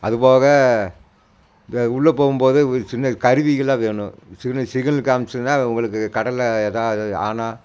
அது போக இந்த உள்ளே போகும்போது ஒரு சின்ன கருவிகள்லாம் வேணும் சிக்னல் சிக்னல் காம்மிச்சதுன்னா உங்களுக்கு கடலில் எதோ ஆனால்